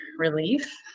relief